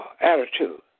attitude